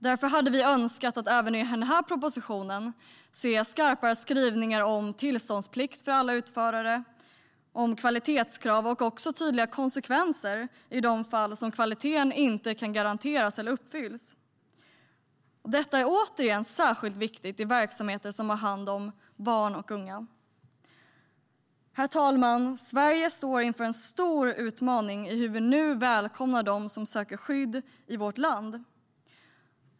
Vi hade önskat se skarpare skrivningar i den här propositionen om tillståndsplikt för alla utförare, om kvalitetskrav och om tydliga konsekvenser i de fall som kvaliteten inte kan garanteras eller inte uppfylls. Detta är, återigen, särskilt viktigt i verksamheter som har hand om barn och unga. Herr talman! Sverige står inför en stor utmaning i fråga om hur vi välkomnar dem som söker skydd i vårt land.